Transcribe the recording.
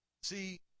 See